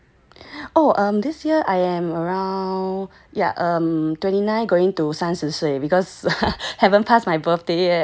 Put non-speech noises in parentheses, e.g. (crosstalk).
oh I'm this year I am around so yeah I'm twenty nine going to 三十岁 because (laughs) haven't pass my birthday yet